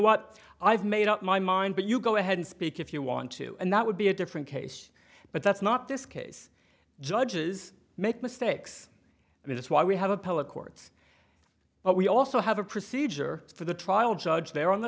what i've made up my mind but you go ahead and speak if you want to and that would be a different case but that's not this case judges make mistakes and that's why we have appellate courts but we also have a procedure for the trial judge there on the